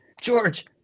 George